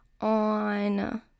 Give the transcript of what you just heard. On